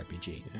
rpg